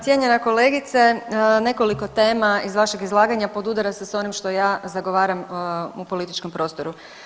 Cijenjena kolegice, nekoliko tema iz vašeg izlaganja podudara se s onim što ja zagovaram u političkom prostoru.